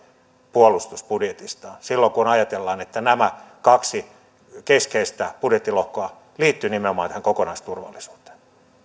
puolustusbudjetistaan silloin kun ajatellaan että nämä kaksi keskeistä budjettilohkoa liittyvät nimenomaan kokonaisturvallisuuteen